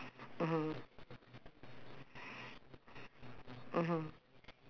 one is parent children and education C_C_A boring lah